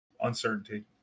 uncertainty